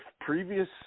previous